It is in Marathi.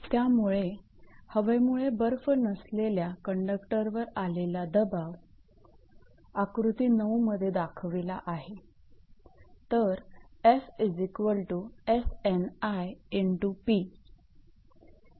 त्यामुळे हवेमुळे बर्फ नसलेल्या कंडक्टरवर आलेला दबाव आकृती 9 मध्ये दाखविला आहे